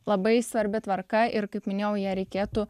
labai svarbi tvarka ir kaip minėjau ją reikėtų